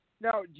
Now